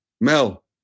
Mel